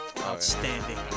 Outstanding